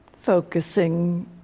Focusing